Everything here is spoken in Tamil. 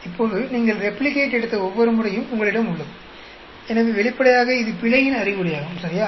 இப்போது நீங்கள் ரெப்ளிகேட் எடுத்த ஒவ்வொரு முறையும் உங்களிடம் உள்ளது எனவே வெளிப்படையாக இது பிழையின் அறிகுறியாகும் சரியா